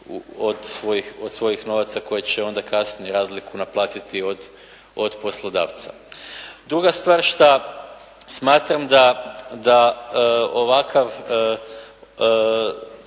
od svojih novaca koje će onda kasnije razliku naplatiti od poslodavca. Druga stvar šta smatram da ovakav